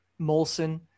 Molson